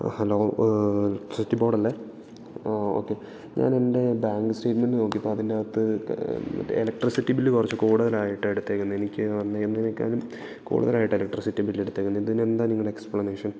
hello electricity board അല്ലേ oh okay ഞാനൻ്റെ bank statement നോക്കിയപ്പോൾ അതിൻറ്റകത്ത് ഇലക്ട്രിസിറ്റി ബില്ല് കുറച്ച് കൂടുതലായിട്ടാണ് എടുത്തേക്കുന്നത് എനിക്ക് വന്നതിനേക്കാളും കൂടുതലായിട്ട് ഇലക്ട്രിസിറ്റി ബിൽ എടുത്തേക്കുന്നത് ഇതിനെന്താ നിങ്ങളുടെ എക്സ്പ്ലനേഷൻ